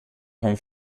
vom